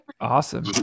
Awesome